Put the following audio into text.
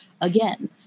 again